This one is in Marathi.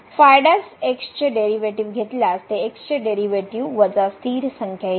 तर आपण येथे डेरीवेटीव घेतल्यास ते x चे डेरीवेटीव वजा स्थिर संख्या येते